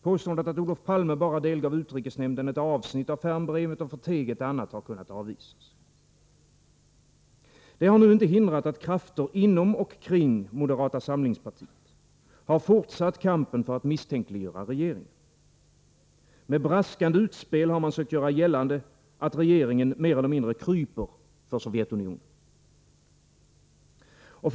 Påståendet att Olof Palme bara delgav utrikesnämnden ett avsnitt av Fermbrevet och förteg ett annat har kunnat avvisas. Detta har nu inte hindrat att krafter inom och kring moderata samlingspartiet har fortsatt kampen för att misstänkliggöra regeringen. Med braskande utspel har man sökt göra gällande att regeringen mer eller mindre kryper för Sovjetunionen.